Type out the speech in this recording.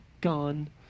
gone